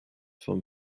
vom